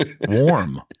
warm